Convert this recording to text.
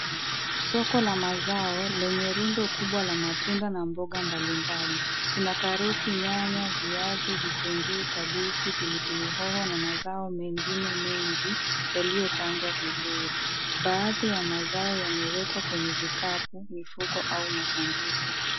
Soko la mazao lenye rundo kubwa la matunda na mboga mbalimbali. Kuna karoti, nyanya, viazi, vitunguu, pilipili hoho na mazao mengine mengi yaliyopangwa vizuri. Baadhi ya amzao yamewekwa kwenye vikapu, mifuko au masanduku.